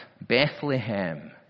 Bethlehem